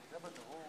אדוני היושב-ראש,